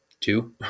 Two